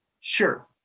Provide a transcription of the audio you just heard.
Sure